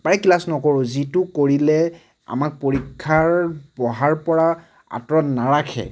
প্ৰায় ক্লাছ নকৰোঁ যিটো কৰিলে আমাক পৰীক্ষাৰ বহাৰপৰা আঁতৰত নাৰাখে